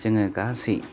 जोङो गासै